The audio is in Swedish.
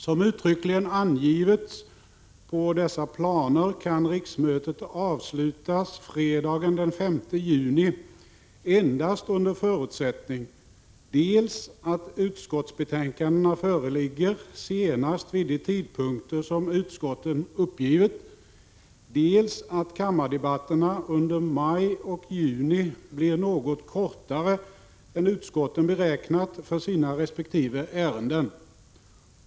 Såsom uttryckligen angivits på dessa planer kan riksmötet avslutas fredagen den 5 juni endast under förutsättning dels att utskottsbetänkandena föreligger senast vid de tidpunkter som utskotten uppgivit, dels att kammardebatterna under maj och juni blir något kortare än utskotten beräknat för sina resp. ärenden.